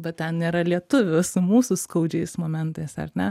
bet ten nėra lietuvių su mūsų skaudžiais momentais ar ne